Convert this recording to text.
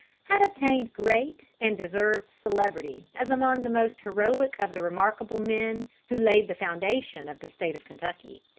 had obtained great and deserved celebrity as among the most heroic of the remarkable men who laid the foundation of the state of kentucky.